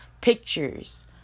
pictures